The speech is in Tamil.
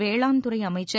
வேளான் துறை அமைச்சர்